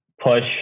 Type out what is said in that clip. push